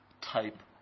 type